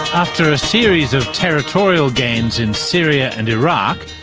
after a series of territorial gains in syria and iraq,